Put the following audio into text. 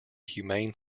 humane